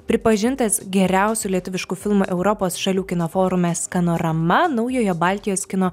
pripažintas geriausiu lietuvišku filmu europos šalių kino forume scanorama naujojo baltijos kino